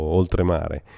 oltremare